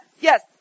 Yes